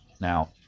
Now